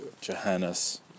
Johannes